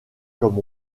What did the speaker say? comme